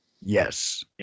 Yes